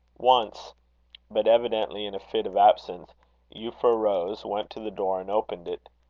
once but evidently in a fit of absence euphra rose, went to the door, and opened it.